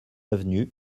avenue